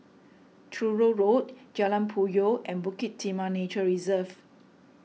Truro Road Jalan Puyoh and Bukit Timah Nature Reserve